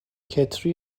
کتری